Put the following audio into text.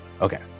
Okay